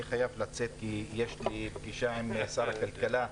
אני חייב לצאת כי יש לי פגישה עם שר הכלכלה.